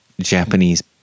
Japanese